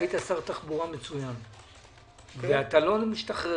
היית שר תחבורה מצוין, ואתה לא משתחרר